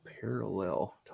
parallel